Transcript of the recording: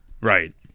Right